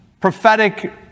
prophetic